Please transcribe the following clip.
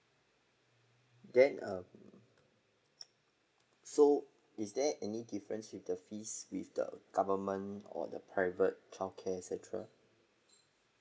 then uh so is there any difference with the fees with the government or the private childcare center